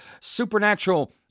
supernatural